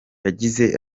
yagize